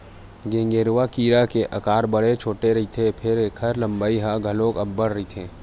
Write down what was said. गेंगरूआ कीरा के अकार बड़े छोटे रहिथे फेर ऐखर लंबाई ह घलोक अब्बड़ रहिथे